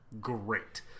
Great